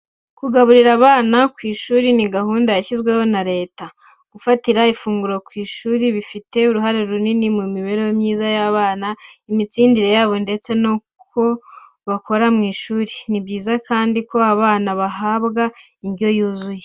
Kugaburira abana ku ishuri ni gahunda yashyizweho na Leta. Gufatira ifunguro ku ishuri bifite uruhare runini mu mibereho myiza y’abana, imitsindire yabo ndetse n'uko bakora mu ishuri. Ni byiza kandi ko abana bahabwa indyo yuzuye.